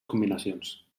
combinacions